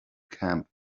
camp